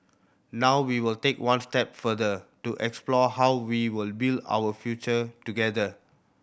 now we will take one step further to explore how we will build our future together